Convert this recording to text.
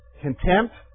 Contempt